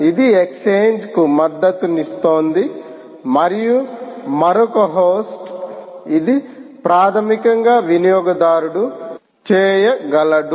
ఇది ఎక్స్ఛేంజ్ కు మద్దతునిస్తోంది మరియు మరొక హోస్ట్ ఇది ప్రాథమికంగా వినియోగదారుడు చేయగలదు